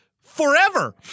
forever